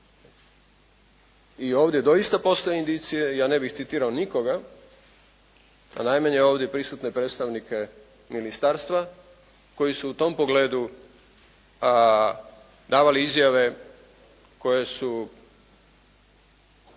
i ovdje doista postoje indicije, ja ne bih citirao nikoga, a najmanje ovdje prisutne predstavnike ministarstva koji su u tom pogledu, a davali izjave koje su